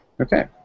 Okay